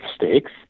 mistakes